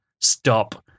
stop